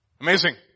Amazing